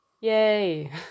Yay